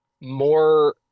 more